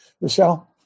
Michelle